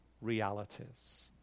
realities